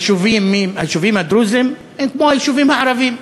היישובים הדרוזיים הם כמו היישובים הערביים,